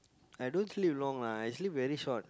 I don't sleep long lah I sleep very short